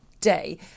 day